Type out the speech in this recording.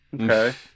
Okay